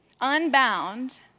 Unbound